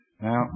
Now